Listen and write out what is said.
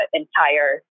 entire